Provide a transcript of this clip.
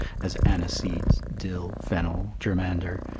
as aniseeds, dill, fennel, germander,